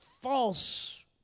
false